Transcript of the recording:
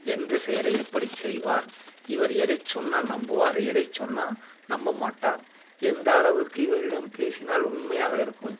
எந்த செயலை எப்படி செய்வார் இவர் எதை சொன்னால் நம்புவார் எதை சொன்னால் நம்ப மாட்டார் எந்த அளவுக்கு இவரிடம் பேசினால் உண்மையாக இருக்கும்